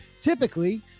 typically